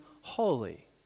holy